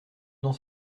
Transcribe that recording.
dans